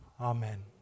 Amen